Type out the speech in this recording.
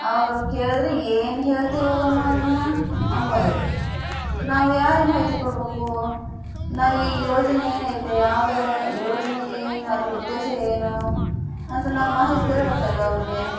ಅವರು ಕೇಳಿದ್ರೆ ಏನು ಹೇಳ್ತಿ ಹೋಗಮ್ಮ ಅದನ್ನು ಅನ್ನೋದು ನಾವು ಯಾರಿಗೆ ಮಾಹಿತಿ ಕೊಡಬೇಕು ನಾವು ಈ ಯೋಜನೆ ಏನೈತೆ ಯಾವುದರ ಯೋಜನೆ ಏನು ಅದರ ಉದ್ದೇಶ ಏನು ಅಂತ ನಾವು ಮಾಹಿತಿ ಹೇಳಬೇಕಲ್ಲ ಅವರಿಗೆ